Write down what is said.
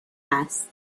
است